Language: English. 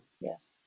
Yes